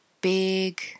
big